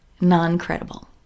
non-credible